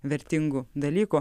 vertingų dalykų